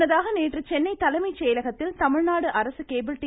முன்னதாக நேற்று சென்னை தலைமைச் செயலகத்தில் தமிழ்நாடு அரசு கேபிள் டி